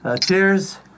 Cheers